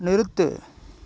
நிறுத்து